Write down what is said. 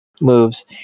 moves